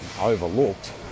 overlooked